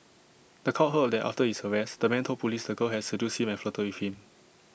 The Court heard that after his arrest the man told Police the girl had seduced him and flirted with him